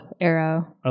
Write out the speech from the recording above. arrow